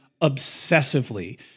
obsessively